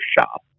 shop